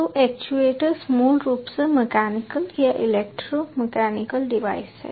तो एक्चुएटर्स मूल रूप से मैकेनिकल या इलेक्ट्रो मैकेनिकल डिवाइस हैं